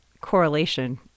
correlation